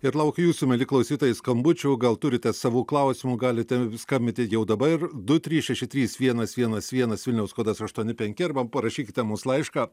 ir laukiu jūsų mieli klausytojai skambučių gal turite savų klausimų galite skambinti jau dabar du trys šeši trys vienas vienas vienas vilniaus kodas aštuoni penki arba parašykite mums laišką